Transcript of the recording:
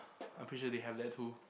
I'm pretty sure they have that too